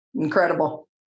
incredible